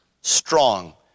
strong